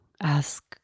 ask